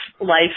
life